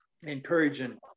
encouraging